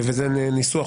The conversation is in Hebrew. וזה ניסוח,